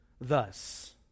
thus